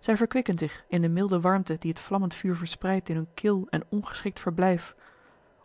zij verkwikken zich in de milde warmte die het vlammend vuur verspreidt in hun kil en ongeschikt verblijf